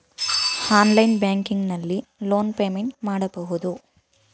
online banking ನಲ್ಲಿ loan payment ಮಾಡಬಹುದು